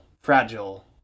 fragile